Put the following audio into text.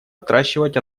отращивать